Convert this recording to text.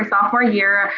sophomore year,